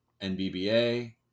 NBBA